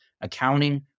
accounting